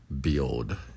build